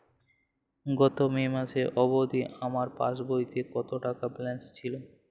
গত মে মাস অবধি আমার পাসবইতে কত টাকা ব্যালেন্স ছিল?